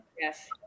yes